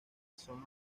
son